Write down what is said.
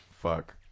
Fuck